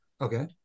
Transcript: Okay